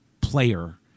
player